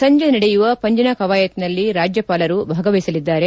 ಸಂಜೆ ನಡೆಯುವ ಪಂಜಿನ ಕವಾಯಿತಿನಲ್ಲಿ ರಾಜ್ಯಪಾಲರು ಭಾಗವಹಿಸಲಿದ್ದಾರೆ